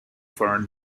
foreign